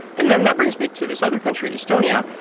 and then that brings me to this other country, estonia.